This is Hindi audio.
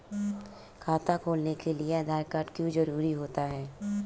खाता खोलने के लिए आधार कार्ड क्यो जरूरी होता है?